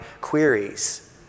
queries